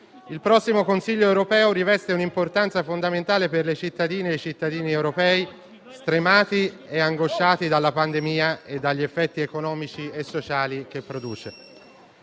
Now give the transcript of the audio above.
il prossimo Consiglio europeo riveste un'importanza fondamentale per le cittadine e i cittadini europei, stremati e angosciati dalla pandemia e dagli effetti economici e sociali che produce.